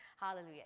Hallelujah